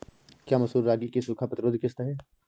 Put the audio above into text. क्या मसूर रागी की सूखा प्रतिरोध किश्त है?